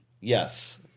Yes